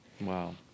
wow